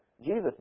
Jesus